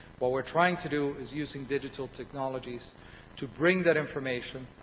what we're trying to do is using digital technologies to bring that information,